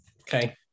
Okay